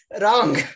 wrong